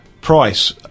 price